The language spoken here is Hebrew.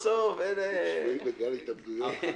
אנחנו לא צפויים לגל התאבדויות...